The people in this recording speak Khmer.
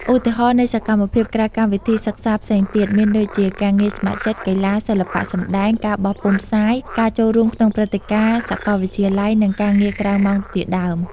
ឧទាហរណ៍នៃសកម្មភាពក្រៅកម្មវិធីសិក្សាផ្សេងទៀត មានដូចជា ការងារស្ម័គ្រចិត្ត, កីឡា, សិល្បៈសម្តែង, ការបោះពុម្ពផ្សាយ, ការចូលរួមក្នុងព្រឹត្តិការណ៍សាកលវិទ្យាល័យ, និងការងារក្រៅម៉ោងជាដើម។